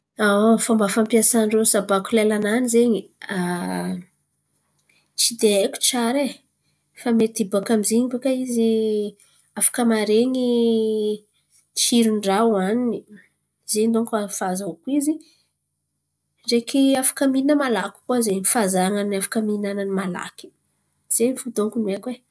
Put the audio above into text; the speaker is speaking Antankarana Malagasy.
Aon, fomba fampiasan’ny rô sabako lela-nany zen̈y ah, tsy de haiko tsara e. Fa mety baka amin’ny izin̈y baka izy afaka maharen̈y tsiron’ny raha hoaniny. Zen̈y donko fahazaokô izy ndraiky afaka mihina malaky koa zen̈y fahazarany afaka mihinanany malaky.